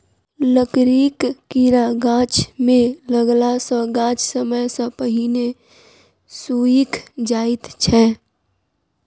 लकड़ीक कीड़ा गाछ मे लगला सॅ गाछ समय सॅ पहिने सुइख जाइत छै